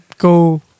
Go